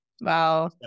Wow